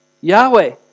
Yahweh